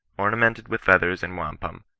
ornamented with feathers and wampum,